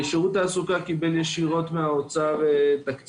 אם המעסיק רוצה, אם המכללה רוצה, אם המעסיק